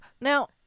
Now